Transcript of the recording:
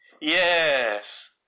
Yes